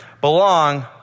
belong